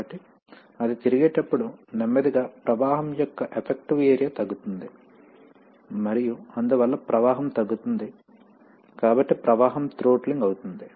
కాబట్టి అది తిరిగేటప్పుడు నెమ్మదిగా ప్రవాహం యొక్క ఎఫెక్టివ్ ఏరియా తగ్గుతుంది మరియు అందువల్ల ప్రవాహం తగ్గుతుంది కాబట్టి ప్రవాహం థ్రోట్ల్డ్ అవుతుంది